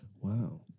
Wow